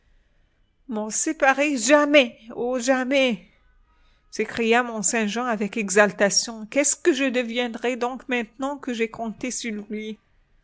m'en séparer jamais oh jamais s'écria mont-saint-jean avec exaltation qu'est-ce que je deviendrais donc maintenant que j'ai compté sur lui